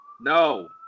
No